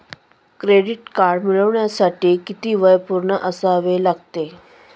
Credit card मिळवण्यासाठी किती वय पूर्ण असावे लागते?